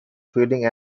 feeding